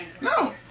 No